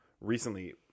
recently